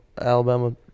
Alabama